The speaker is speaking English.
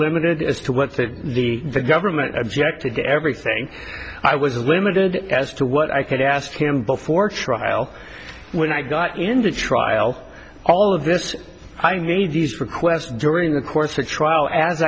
limited as to what the the government objected to everything i was a limited as to what i could ask him before trial when i got into trial all of this i need these requests during the course of trial as